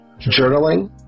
journaling